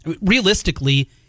Realistically